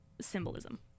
symbolism